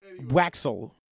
Waxel